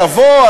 לבוא,